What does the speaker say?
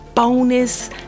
bonus